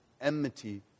enmity